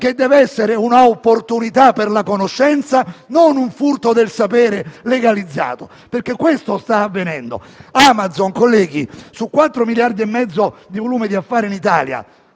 che devono essere un'opportunità per la conoscenza e non un furto del sapere legalizzato. È infatti questo che sta avvenendo. Onorevoli colleghi, su 4,5 miliardi di euro di volume di affari in Italia